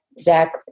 Zach